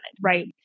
right